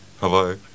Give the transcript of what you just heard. Hello